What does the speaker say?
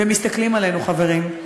ומסתכלים עלינו, חברים.